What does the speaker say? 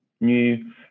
new